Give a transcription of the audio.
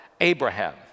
Abraham